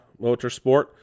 Motorsport